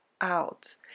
out